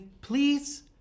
Please